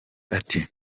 ati